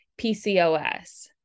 PCOS